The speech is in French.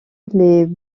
les